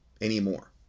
anymore